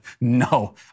no